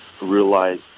realize